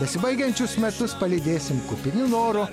besibaigiančius metus palydėsim kupini noro